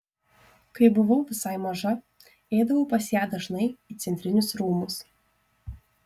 kai buvau visai maža eidavau pas ją dažnai į centrinius rūmus